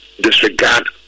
disregard